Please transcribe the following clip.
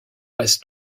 passe